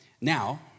Now